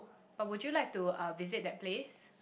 but would you like to uh visit that place